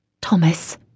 Thomas